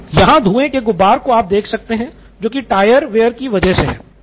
यहाँ धुएँ के गुबार को आप देख सकते हैं जो की टायर वेयर की वजह से है